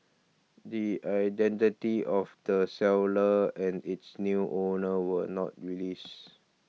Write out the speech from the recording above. the identity of the seller and its new owner were not released